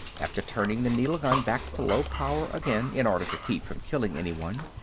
after turning the needle gun back to low power again in order to keep from killing anyone,